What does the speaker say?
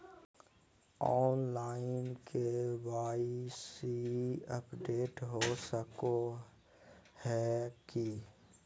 Online KYC update हो सको है की?